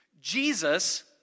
Jesus